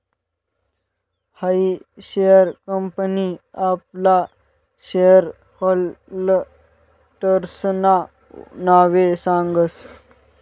हायी share company आपला share होल्डर्सना नावे सांगस